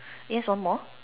yes one more